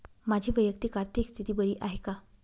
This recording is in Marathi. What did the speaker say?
माझी वैयक्तिक आर्थिक स्थिती बरी आहे का?